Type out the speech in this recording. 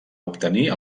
obtenir